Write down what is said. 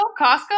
Costco